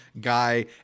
guy